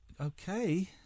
Okay